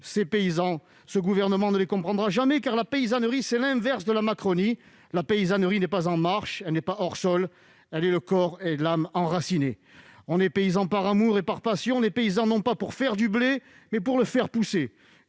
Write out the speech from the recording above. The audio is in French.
Les paysans, ce gouvernement ne les comprendra jamais, car la paysannerie, c'est l'inverse de la Macronie : la paysannerie n'est pas en marche, elle n'est pas hors sol, elle a le corps et l'âme enracinés. On est paysan par amour et par passion, non pas pour « faire du blé », mais pour le faire pousser-